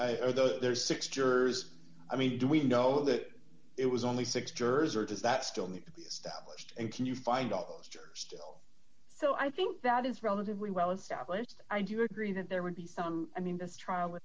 there's six jurors i mean do we know that it was only six jersey or does that still need to be established and can you find out which are still so i think that is relatively well established i do agree that there would be some i mean this trial w